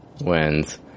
wins